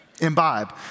imbibe